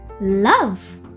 love